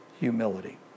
humility